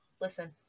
listen